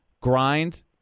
Grind